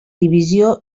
divisió